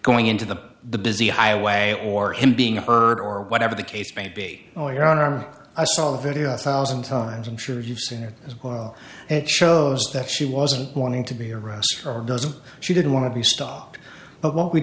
going into the the busy highway or him being hurt or whatever the case may be or your honor i saw the video a thousand times i'm sure you've seen it as well it shows that she wasn't wanting to be arrested or doesn't she didn't want to be stopped but what we